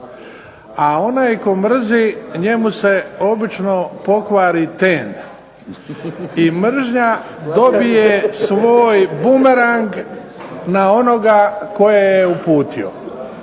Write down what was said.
A onaj tko mrzi njemu se obično pokvari ten i mržnja dobije svoj bumerang na onoga tko ju je uputio.